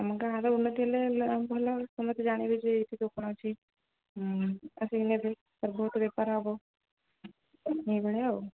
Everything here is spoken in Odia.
ଆମ ଗାଁ'ର ଉନ୍ନତି ହେଲେ ଭଲ ସମସ୍ତେ ଜାଣିବେ ଯେ ଏଠି କ'ଣ ଅଛି ଆସିକି ନେବେ ସାର୍ ବହୁତ ବେପାର ହେବ ଏହିଭଳିଆ ଆଉ